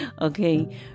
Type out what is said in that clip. okay